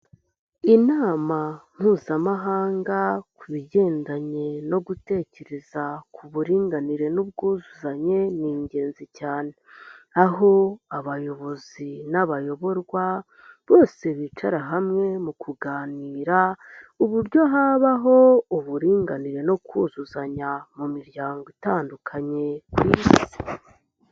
Inama Mpuzamahanga ku bigendanye no gutekereza ku buringanire n'ubwuzuzanye ni ingenzi cyane aho abayobozi n'abayoborwa, bose bicara hamwe mu kuganira uburyo habaho uburinganire no kuzuzanya mu miryango itandukanye ku isi.